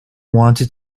wanted